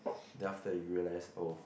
then after that you realise oh